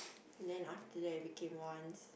and then after that it became once